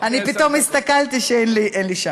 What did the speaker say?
אני פתאום הסתכלתי וראיתי שאין לי שעון.